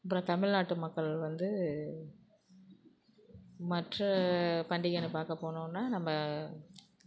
அப்புறம் தமிழ்நாட்டு மக்கள் வந்து மற்ற பண்டிகைனு பார்க்க போனோம்னா நம்ம